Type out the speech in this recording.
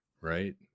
Right